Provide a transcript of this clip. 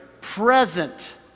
present